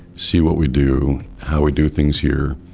see what we do, how we do things here,